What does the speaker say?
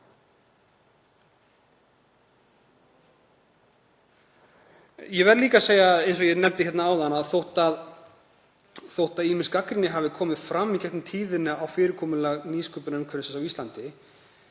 Ég verð líka að segja, eins og ég nefndi áðan, að þótt ýmis gagnrýni hafi komið fram í gegnum tíðina á fyrirkomulag nýsköpunarumhverfisins á Íslandi,